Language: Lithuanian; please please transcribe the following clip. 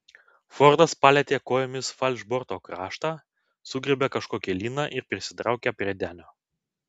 fordas palietė kojomis falšborto kraštą sugriebė kažkokį lyną ir prisitraukė prie denio